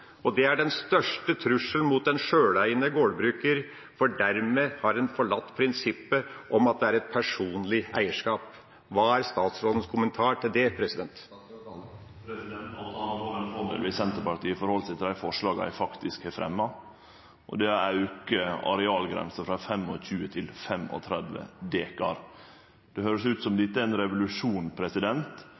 og det er den største trusselen mot den sjøleiende gårdbrukeren, for da har man forlatt prinsippet om at det er et personlig eierskap. Hva er statsrådens kommentar til det? Det er at det hadde vore ein fordel om Senterpartiet hadde halde seg til dei forslaga eg faktisk har fremja, og det går ut på å heve arealgrensa frå 25 til 35 dekar. Det høyrest ut som om dette er ein revolusjon,